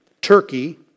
Turkey